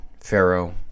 Pharaoh